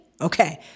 Okay